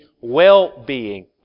well-being